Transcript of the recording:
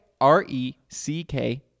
R-E-C-K